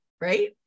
right